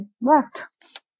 left